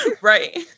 right